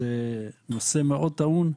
שזה נושא מאוד טעון,